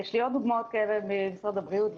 יש לי עוד דוגמאות כאלה במשרד הבריאות.